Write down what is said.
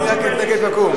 שב כשאתה צועק.